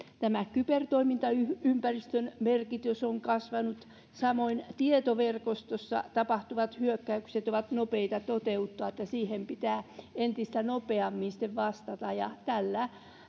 kybertoimintaympäristön merkitys on kasvanut samoin tietoverkostossa tapahtuvat hyökkäykset ovat nopeita toteuttaa niin että siihen pitää entistä nopeammin sitten vastata tällä